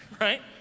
right